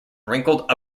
wrinkled